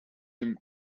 him